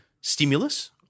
stimulus